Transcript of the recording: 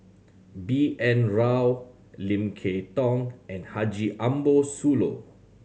B N Rao Lim Kay Tong and Haji Ambo Sooloh